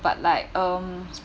but like um